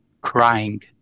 crying